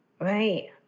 right